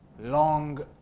Long